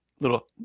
little